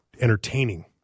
entertaining